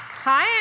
Hi